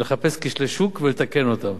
לחפש כשלי שוק ולתקן אותם,